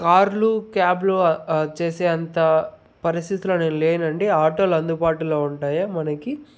కారులు క్యాబ్లు చేసే అంత పరిస్థితులో నేను లేనండి ఆటోలో అందుబాటులో ఉంటాయా మనకి